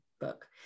book